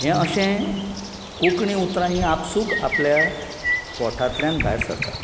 हें अशें कोंकणी उतरां हीं आपसूक आपल्या ओंठांतल्यान भायर सरतात